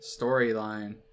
Storyline